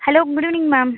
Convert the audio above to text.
hello good evening ma'am